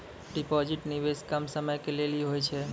Deposit निवेश कम समय के लेली होय छै?